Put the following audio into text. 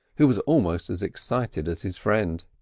who was almost as excited as his friend.